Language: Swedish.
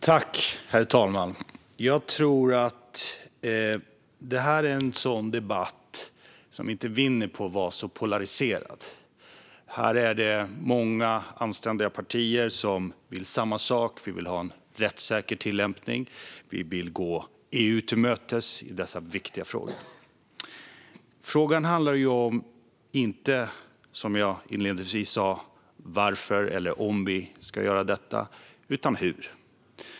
Herr talman! Jag tror att det här är det slags debatt som inte vinner på att vara så polariserad. Här finns många anständiga partier som vill samma sak. Vi vill ha en rättssäker tillämpning, och vi vill gå EU till mötes i dessa viktiga frågor. Frågan är, som jag inledningsvis sa, inte varför eller om vi ska göra detta, utan hur.